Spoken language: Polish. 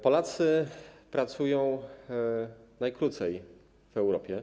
Polacy pracują najkrócej w Europie.